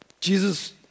Jesus